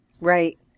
Right